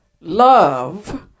love